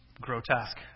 Grotesque